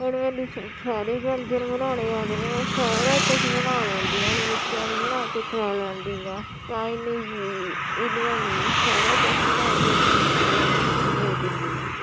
ਹੁਣ ਮੈਨੂੰ ਸਾਰੇ ਵਿਅੰਜਨ ਬਣਾਉਣੇ ਆਉਂਦੇ ਨੇ ਸਾਰਾ ਕੁਝ ਬਣਾ ਲੈਂਦੀਆਂ ਆਂ ਆਪਣੇ ਬੱਚਿਆਂ ਨੂੰ ਬਣਾ ਕੇ ਖੁਆ ਲੈਂਦੀ ਹਾਂ ਚਾਈਨਜ਼ ਵੀ ਇੰਡੀਅਨ ਵੀ ਸਾਰਾ ਕੁਝ ਬਣਾ ਕੇ ਆਪਣੇ ਬੱਚਿਆਂ ਨੂੰ ਦੇ ਦਿੰਦੀ ਹਾਂ